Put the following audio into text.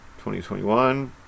2021